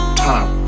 time